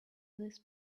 these